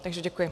Takže děkuji.